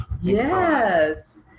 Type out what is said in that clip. Yes